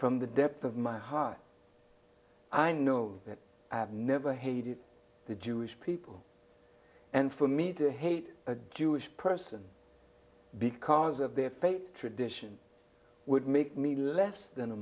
from the depths of my heart i know that i have never hated the jewish people and for me to hate a jewish person because of their faith tradition would make me less than a